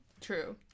true